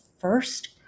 first